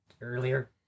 earlier